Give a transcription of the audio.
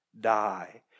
die